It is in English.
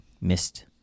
missed